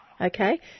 Okay